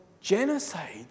genocide